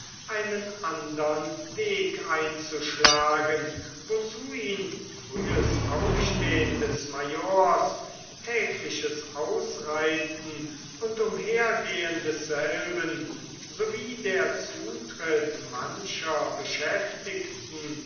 einen andern weg einzuschlagen wozu ihn frühes aufstehn des majors tägliches ausreiten und umhergehen desselben sowie der zutritt mancher beschäftigten